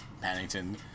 Paddington